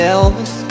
Elvis